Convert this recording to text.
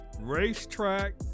racetrack